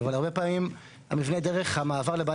אבל הרבה פעמים המבנה דרך המעבר לבעלי